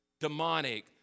demonic